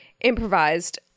improvised